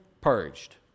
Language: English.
purged